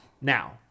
Now